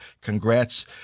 congrats